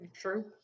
True